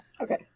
okay